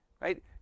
right